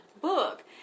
book